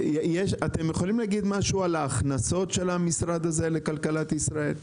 אתם יכולים להגיד משהו על ההכנסות של המשרד הזה לכלכלת ישראל?